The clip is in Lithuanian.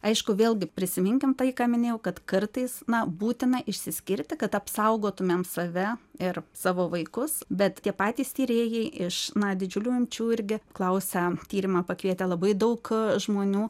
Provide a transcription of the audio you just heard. aišku vėlgi prisiminkim tai ką minėjau kad kartais na būtina išsiskirti kad apsaugotumėm save ir savo vaikus bet tie patys tyrėjai iš na didžiulių imčių irgi klausę tyrimą pakvietę labai daug žmonių